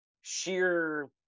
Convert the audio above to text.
sheer